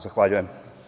Zahvaljujem.